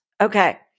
Okay